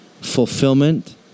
fulfillment